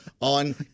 on